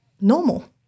normal